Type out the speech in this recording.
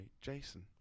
Jason